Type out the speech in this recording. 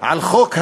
בגלל חוק הלאום,